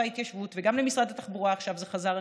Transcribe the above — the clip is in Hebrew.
וההתיישבות וגם למשרד התחבורה זה חזר עכשיו,